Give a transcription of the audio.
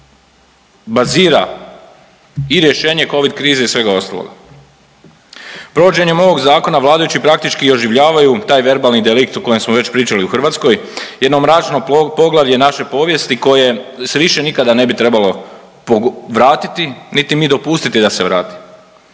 zapravo bazira i rješenje covid krize i svega ostaloga. Provođenjem ovog zakona vladajući praktički oživljavaju taj verbalni delikt o kojem smo već pričali u Hrvatskoj, jedno mračno poglavlje naše povijesti koje se više nikada ne bi trebalo vratiti, niti mi dopustiti da se vrati.